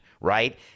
right